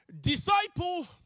Disciple